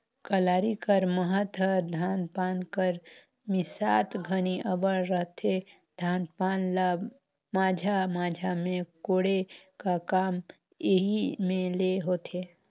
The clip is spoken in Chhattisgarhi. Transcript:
कलारी कर महत हर धान पान कर मिसात घनी अब्बड़ रहथे, धान पान ल माझा माझा मे कोड़े का काम एही मे ले होथे